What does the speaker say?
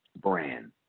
brand